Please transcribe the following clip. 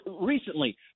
recently